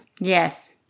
Yes